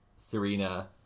Serena